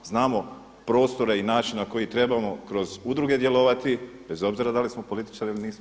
Znamo prostora i načina koji trebamo kroz udruge djelovati bez obzira da li smo političari ili nismo.